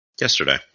yesterday